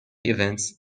events